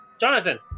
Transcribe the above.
Jonathan